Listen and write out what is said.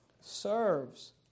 serves